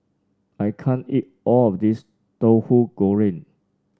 I can't eat all of this Tauhu Goreng